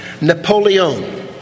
Napoleon